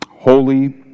Holy